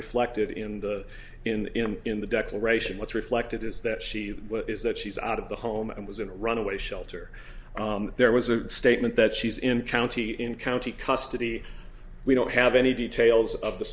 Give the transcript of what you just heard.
reflected in the him in the declaration what's reflected is that she is that she's out of the home and was in a runaway shelter there was a statement that she's in county in county custody we don't have any details of the